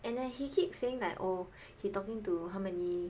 and then he keep saying like oh he talking to how many